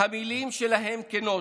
המילים שלהם כנות.